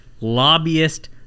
lobbyist